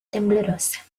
temblorosa